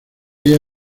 ellas